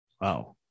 wow